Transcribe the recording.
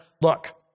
look